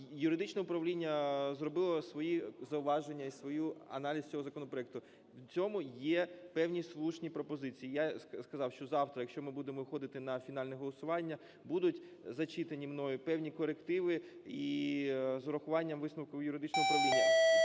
юридичне управління зробило свої зауваження і свій аналіз цього законопроекту. В цьому є певні слушні пропозиції. Я сказав, що завтра, якщо ми будемо виходити на фінальне голосування, будуть зачитані мною певні корективи і з урахуванням висновку юридичного управління.